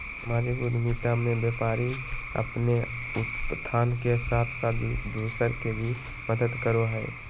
सामाजिक उद्द्मिता मे व्यापारी अपने उत्थान के साथ साथ दूसर के भी मदद करो हय